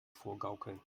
vorgaukeln